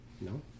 No